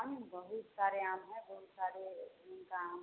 आम बहुत सारे आम हैं बहुत सारे का आम है